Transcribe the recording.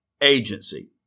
agency